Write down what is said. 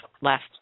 last